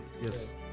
Yes